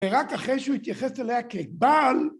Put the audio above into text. ורק אחרי שהוא התייחס אליה כגבל,